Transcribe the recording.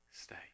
stay